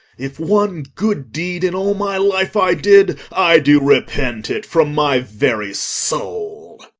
if one good deed in all my life i did, i do repent it from my very soul.